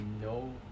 no